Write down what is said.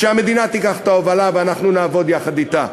אז שהמדינה תיקח את ההובלה ואנחנו נעבוד יחד אתה,